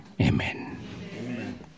amen